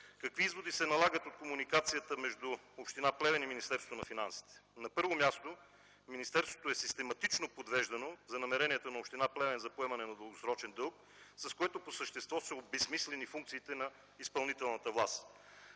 Какви изводи се налагат от комуникацията между община Плевен и Министерството на финансите? На първо място, министерството систематично е подвеждано за намеренията на община Плевен за поемане на дългосрочен дълг, с което по същество са обезсмислени функциите на изпълнителната власт.